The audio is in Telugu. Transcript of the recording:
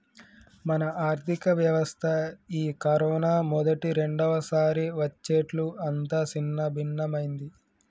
మన ఆర్థిక వ్యవస్థ ఈ కరోనా మొదటి రెండవసారి వచ్చేట్లు అంతా సిన్నభిన్నమైంది